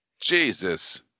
Jesus